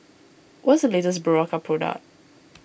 what is the latest Berocca product